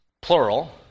plural